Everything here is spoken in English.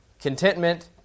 Contentment